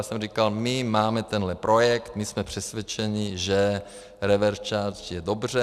Já jsem říkal my máme tenhle projekt, my jsme přesvědčeni, že reverse charge je dobře.